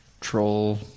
troll